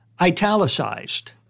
italicized